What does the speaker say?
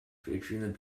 featuring